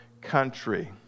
country